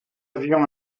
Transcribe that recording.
avions